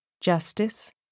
justice